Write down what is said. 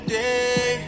day